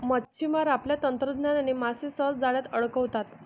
मच्छिमार आपल्या तंत्रज्ञानाने मासे सहज जाळ्यात अडकवतात